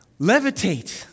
levitate